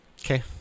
Okay